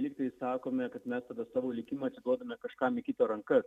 lyg tai sakome kad mes tada savo likimą atiduodame kažkam į kito rankas